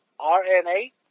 RNA